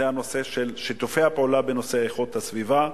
היא הנושא של שיתופי הפעולה בנושא איכות הסביבה.